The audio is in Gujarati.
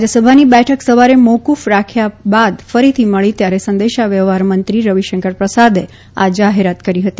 રાજયસભાની બેઠક સવારે મોકૂફ રાખ્યા બાદ ફરીથી મળી ત્યારે સંદેશાવ્યવહાર મંત્રી રવિશંકર પ્રસાદે આ જાહેરાત કરી હતી